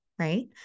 Right